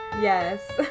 Yes